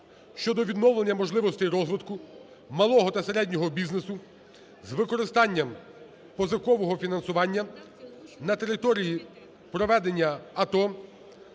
щодо відновлення можливостей розвитку малого та середнього бізнесу з використанням позикового фінансування на території проведення АТО